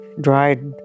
dried